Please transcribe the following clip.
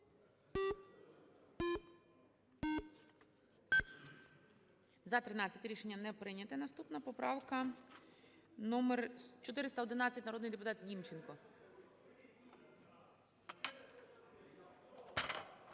За-13 Рішення не прийняте. Наступна поправка - номер 411, народний депутат Німченко.